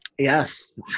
Yes